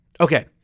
Okay